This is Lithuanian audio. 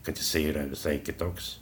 kad jisai yra visai kitoks